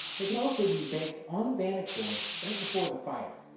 they could also be baked on a bannock board right before the fire.